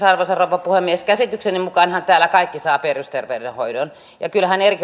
arvoisa rouva puhemies kaikkihan täällä käsitykseni mukaan saavat perusterveydenhoidon ja kyllähän